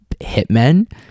Hitmen